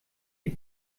die